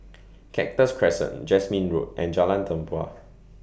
Cactus Crescent Jasmine Road and Jalan Tempua